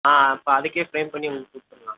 ஆ அப்போ அதுக்கே ஃப்ரேம் பண்ணி உங்களுக்கு கொடுத்துர்லாம்